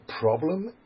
problem